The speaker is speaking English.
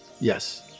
yes